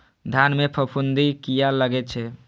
धान में फूफुंदी किया लगे छे?